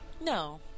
No